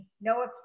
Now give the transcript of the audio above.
No